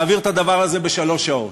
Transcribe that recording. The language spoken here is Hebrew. מעביר את הדבר הזה בשלוש שעות.